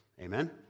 Amen